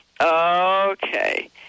Okay